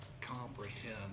comprehend